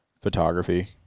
photography